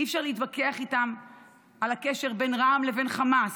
אי-אפשר להתווכח על הקשר בין רע"מ לבין חמאס,